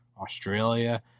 Australia